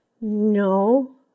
No